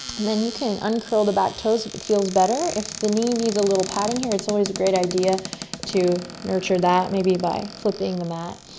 and then you can uncurl the back toes if it feels better. if the knee needs a little padding, here, it's always a great idea to nurture that maybe by flipping the mat,